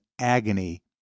agony